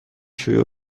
شیوع